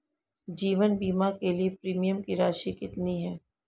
जीवन बीमा के लिए प्रीमियम की राशि कितनी है?